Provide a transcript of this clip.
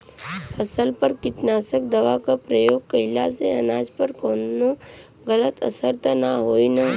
फसल पर कीटनाशक दवा क प्रयोग कइला से अनाज पर कवनो गलत असर त ना होई न?